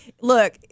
look